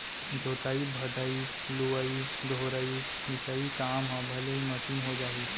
जोतइ भदई, लुवइ डोहरई, मिसाई काम ह भले मसीन हो जाही